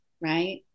right